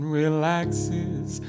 relaxes